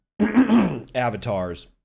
avatars